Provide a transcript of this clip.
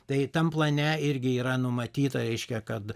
tai tam plane irgi yra numatyta reiškia kad